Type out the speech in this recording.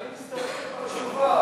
אני מסתפק בתשובה.